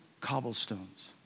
cobblestones